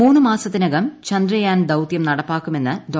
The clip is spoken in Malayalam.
മൂന്നു മാസത്തിനകം ചന്ദ്രയാൻ ദൌത്യം നടപ്പാക്കുമെന്ന് ഡോ